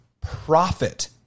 profit